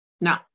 No